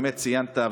ציינת,